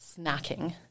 snacking